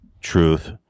truth